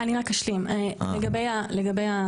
אני רק אשלים לגבי החשש